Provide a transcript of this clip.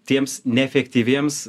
tiems neefektyviems